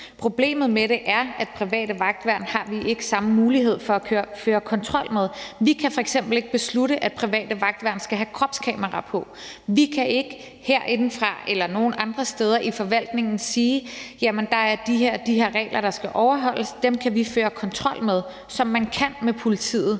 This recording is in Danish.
problemet med det, at vi ikke har samme mulighed for at føre kontrol med private vagtværn. Vi kan f.eks. ikke beslutte, at private vagtværn skal have kropskameraer på. Vi kan ikke herinde eller nogen andre steder i forvaltningen sige: Jamen der er de her og de her regler, som skal overholdes, og dem kan vi føre kontrol med, som man kan med politiet.